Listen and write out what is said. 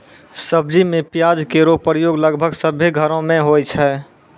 सब्जी में प्याज केरो प्रयोग लगभग सभ्भे घरो म होय छै